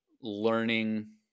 learning